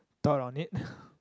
thought on it